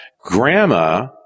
grandma